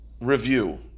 review